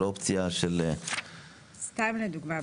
על אופציה של --- סתם לדוגמה,